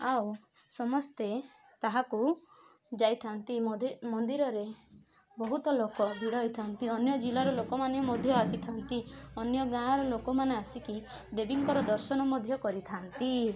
ଆଉ ସମସ୍ତେ ତାହାକୁ ଯାଇଥାନ୍ତି ମନ୍ଦିରରେ ବହୁତ ଲୋକ ଭିଡ଼ ହୋଇଥାନ୍ତି ଅନ୍ୟ ଜିଲ୍ଲାର ଲୋକମାନେ ମଧ୍ୟ ଆସିଥାନ୍ତି ଅନ୍ୟ ଗାଁର ଲୋକମାନେ ଆସିକି ଦେବୀଙ୍କର ଦର୍ଶନ ମଧ୍ୟ କରିଥାନ୍ତି